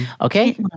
Okay